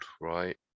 right